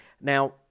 Now